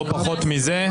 לא פחות צזה,